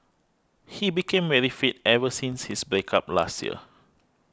he became very fit ever since his break up last year